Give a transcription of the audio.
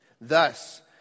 Thus